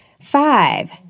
Five